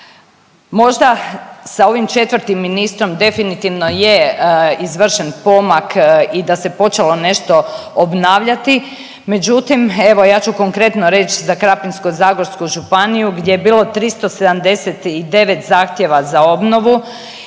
Možda sa ovim četvrtim ministrom definitivno je izvršen pomak i da se počelo nešto obnavljati, međutim evo ja ću konkretno reć za Krapinsko-zagorsku županiju gdje je bilo 379 zahtjeva za obnovu